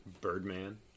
Birdman